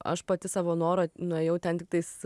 aš pati savo noru nuėjau ten tiktais